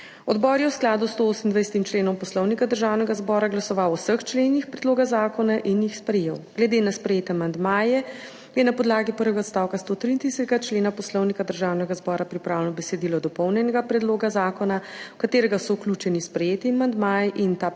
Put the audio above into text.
Odbor je v skladu s 128. členom Poslovnika Državnega zbora glasoval o vseh členih predloga zakona in jih sprejel. Glede na sprejete amandmaje je na podlagi prvega odstavka 130. člena Poslovnika Državnega zbora pripravljeno besedilo dopolnjenega predloga zakona, v katerega so vključeni sprejeti amandmaji, in ta dopolnjen